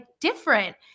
different